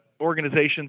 organizations